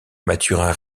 mathurin